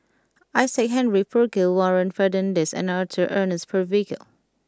Isaac Henry Burkill Warren Fernandez and Arthur Ernest Percival